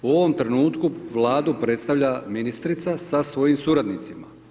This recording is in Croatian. U ovom trenutku Vladu predstavlja ministrica sa svojim suradnicima.